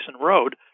Road